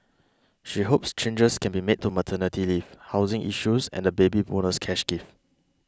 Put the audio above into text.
she hopes changes can be made to maternity leave housing issues and the Baby Bonus cash gift